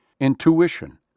Intuition